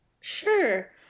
Sure